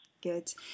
Good